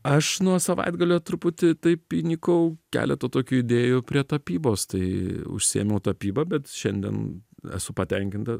aš nuo savaitgalio truputį taip įnikau keleto tokių idėjų prie tapybos tai užsiėmiau tapyba bet šiandien esu patenkinta